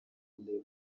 level